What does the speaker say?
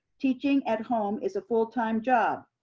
teaching at home is a full time job.